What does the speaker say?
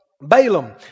Balaam